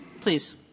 please